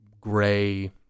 gray